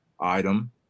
item